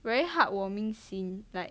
very heartwarming scene like